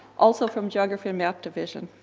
also from geography and map division.